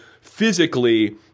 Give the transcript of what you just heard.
physically